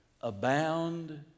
abound